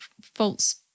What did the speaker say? false